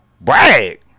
brag